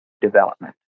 development